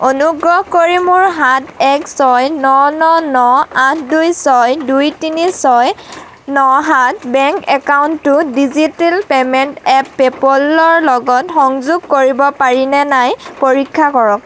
অনুগ্ৰহ কৰি মোৰ সাত এক ছয় ন ন ন আঠ দুই ছয় দুই তিনি ছয় ন সাত বেংক একাউণ্টটো ডিজিটেল পে'মেণ্ট এপ পে'পলৰ লগত সংযোগ কৰিব পাৰি নে নাই পৰীক্ষা কৰক